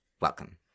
welcome